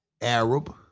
arab